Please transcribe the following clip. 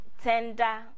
tender